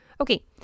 Okay